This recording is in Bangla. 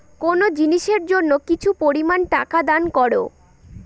কোনো জিনিসের জন্য কিছু পরিমান টাকা দান করো